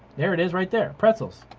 there it is right there, pretzels.